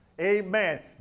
Amen